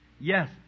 Yes